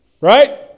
Right